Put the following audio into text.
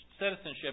citizenship